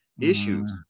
issues